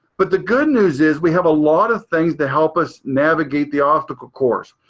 but the good news is we have a lot of things that help us navigate the obstacle course.